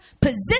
position